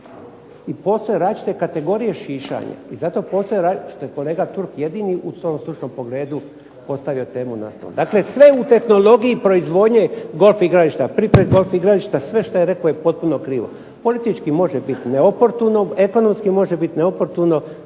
I postoje različite kategorije šišanja. I zato postoje različite kolega Turk jedini u svom stručnom pogledu postavio temu na stol. Dakle, sve u tehnologije proizvodnje golf igrališta, pripremi golf igrališta, sve što je rekao je potpuno krivo. Politički može biti neoportuno, ekonomski može biti neoportuno.